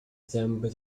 zęby